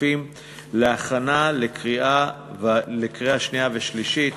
הכספים להכנה לקריאה שנייה ושלישית.